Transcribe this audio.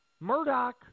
Murdoch